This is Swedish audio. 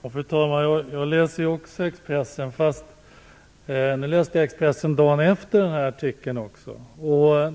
Fru talman! Jag läser också Expressen, fast nu läste jag också Expressen dagen efter den nämnda artikeln.